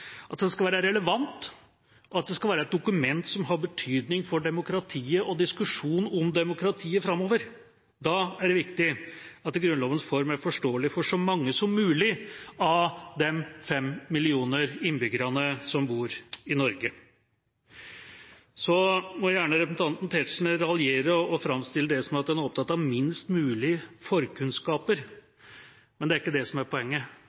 at den skal være relevant, og at den skal være et dokument som har betydning for demokratiet og diskusjon om demokratiet framover. Da er det viktig at Grunnlovens form er forståelig for så mange som mulig av de fem millioner innbyggere som bor i Norge. Så må gjerne representanten Tetzschner raljere og framstille det som at en er opptatt av minst mulig forkunnskaper. Men det er ikke det som er poenget.